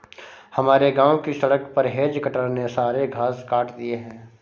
हमारे गांव की सड़क पर हेज कटर ने सारे घास काट दिए हैं